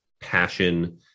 passion